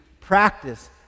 practice